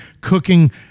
cooking